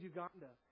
Uganda